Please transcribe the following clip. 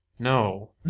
No